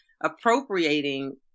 appropriating